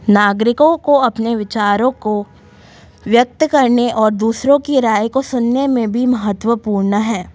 नागरिकों को अपने विचारों को व्यक्त करने और दूसरों की राय को सुनने में भी महत्वपूर्ण है